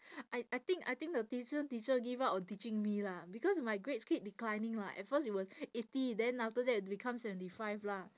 I I think I think the tuition teacher give up on teaching me lah because my grades kept declining lah at first it was eighty then after that it become seventy five lah